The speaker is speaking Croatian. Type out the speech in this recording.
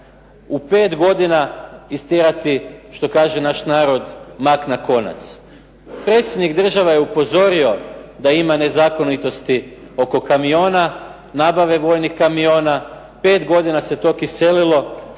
u 5 godina istjerati, što kaže naš narod, mak na konac? Predsjednik države je upozorio da ima nezakonitosti oko kamiona, nabave vojnih kamiona, 5 godina se to kiselilo